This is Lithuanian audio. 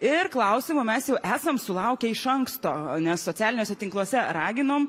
ir klausimo mes jau esam sulaukę iš anksto nes socialiniuose tinkluose raginom